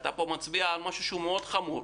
אתה מצביע פה על משהו מאוד חמור,